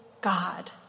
God